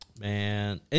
Man